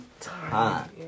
time